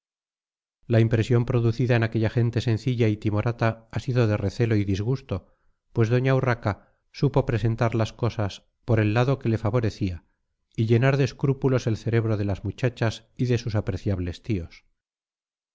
la impresión producida en aquella gente sencilla y timorata ha sido de recelo y disgusto pues doña urraca supo presentar las cosas por el lado que le favorecía y llenar de escrúpulos el cerebro de las muchachas y de sus apreciables tíos